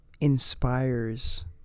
inspires